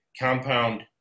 compound